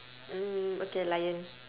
mm okay lion